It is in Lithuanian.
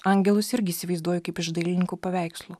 angelus irgi įsivaizduoju kaip iš dailininkų paveikslų